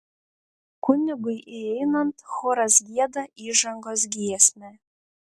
kunigui įeinant choras gieda įžangos giesmę